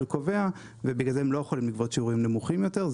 קובע ובגלל זה הם לא יכולים לגבות שיעורים נמוכים יותר,